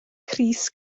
crys